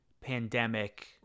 pandemic